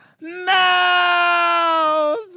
Mouth